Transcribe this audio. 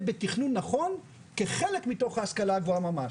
בתכנון נכון כחלק מתוך ההשכלה הגבוהה ממש,